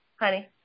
Honey